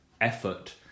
effort